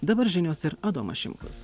dabar žinios ir adomas šimkus